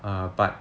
err but